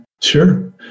sure